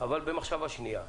אבל במחשבה שנייה,